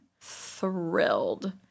thrilled